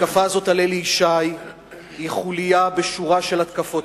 ההתקפה הזאת על אלי ישי היא חוליה בשורה של התקפות.